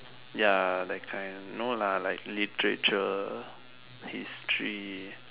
ya that kind no lah like literature history